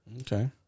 Okay